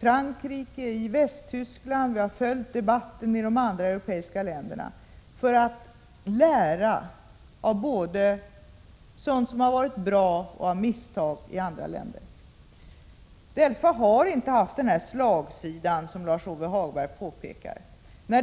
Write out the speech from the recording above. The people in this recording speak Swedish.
Frankrike och Västtyskland, och vi har följt debatten i de andra europeiska länderna för att lära både av sådant som har varit bra och av misstagen. DELFA har inte haft någon sådan slagsida som Lars-Ove Hagberg talar om.